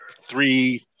three